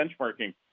benchmarking